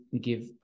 give